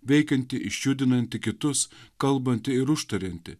veikianti išjudinanti kitus kalbanti ir užtarianti